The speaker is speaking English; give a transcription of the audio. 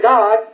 God